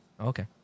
Okay